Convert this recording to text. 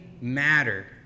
matter